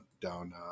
down